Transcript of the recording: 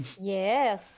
Yes